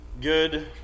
good